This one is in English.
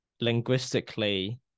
linguistically